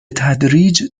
تدریج